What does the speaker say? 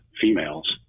females